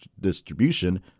distribution